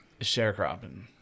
sharecropping